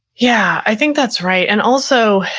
yeah, i think that's right. and also